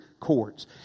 courts